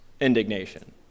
indignation